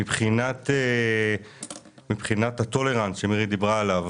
מבחינת הטולרנס שמירי דיברה עליו